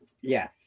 Yes